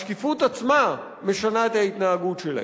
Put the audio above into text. השקיפות עצמה משנה את ההתנהגות שלהם.